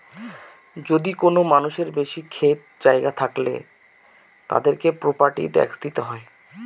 যদি কোনো মানুষের বেশি ক্ষেত জায়গা থাকলে, তাদেরকে প্রপার্টি ট্যাক্স দিতে হয়